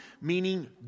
meaning